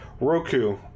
Roku